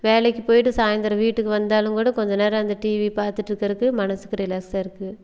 வேலைக்கு போய்விட்டு சாய்ந்திரம் வீட்டுக்கு வந்தாலும் கூட கொஞ்சம் நேரம் அந்த டிவி பார்த்துட்ருக்குறக்கு மனசுக்கு ரிலாக்ஸாக இருக்குது